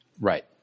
Right